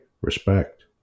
Respect